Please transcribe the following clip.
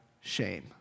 shame